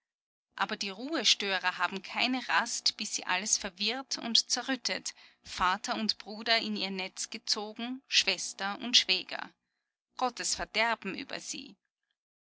aber die ruhestörer haben keine rast bis sie alles verwirrt und zerrüttet vater und bruder in ihr netz gezogen schwester und schwäger gottes verderben über sie